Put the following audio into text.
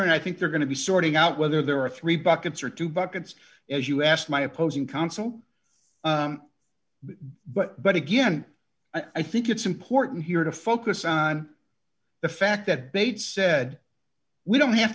and i think they're going to be sorting out whether there are three buckets or two buckets as you asked my opposing counsel but but again i think it's important here to focus on the fact that bates said we don't have